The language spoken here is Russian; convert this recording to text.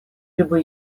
либо